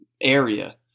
area